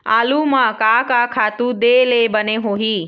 आलू म का का खातू दे ले बने होही?